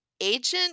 Agent